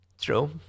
True